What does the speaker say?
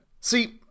See